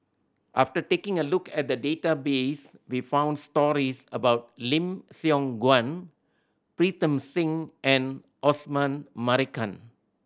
after taking a look at the database we found stories about Lim Siong Guan Pritam Singh and Osman Merican